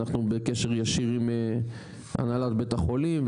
אנחנו בקשר ישיר עם הנהלת בית החולים,